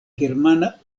germana